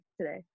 today